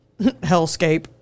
hellscape